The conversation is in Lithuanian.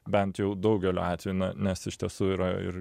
bent jau daugeliu atvejų na nes iš tiesų yra ir